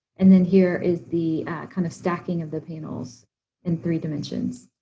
and then here is the kind of stacking of the panels in three dimensions.